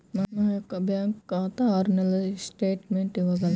నా యొక్క బ్యాంకు ఖాతా ఆరు నెలల స్టేట్మెంట్ ఇవ్వగలరా?